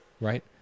right